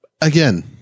Again